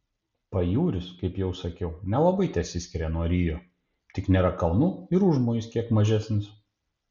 pajūris kaip jau sakiau nelabai tesiskiria nuo rio tik nėra kalnų ir užmojis kiek mažesnis